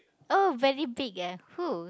oh very big eh who